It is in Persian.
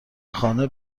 خانه